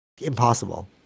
Impossible